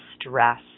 stress